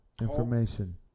information